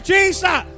Jesus